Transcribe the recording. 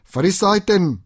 Farisaiten